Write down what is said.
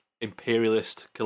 imperialist